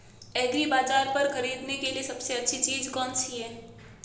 एग्रीबाज़ार पर खरीदने के लिए सबसे अच्छी चीज़ कौनसी है?